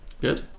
Good